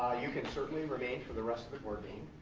ah you can certainly remain for the rest of the board meeting